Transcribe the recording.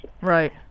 Right